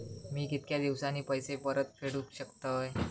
मी कीतक्या दिवसांनी पैसे परत फेडुक शकतय?